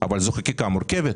אבל זו חקיקה מורכבת